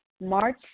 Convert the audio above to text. March